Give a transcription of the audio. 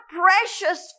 precious